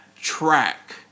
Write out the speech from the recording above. track